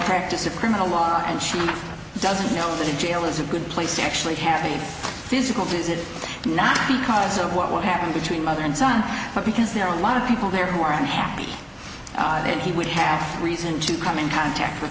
practice of criminal law and she doesn't know the jail is a good place to actually have a physical visit not because of what happened between mother and son but because there are a lot of people there who are unhappy and he would have reason to come in contact with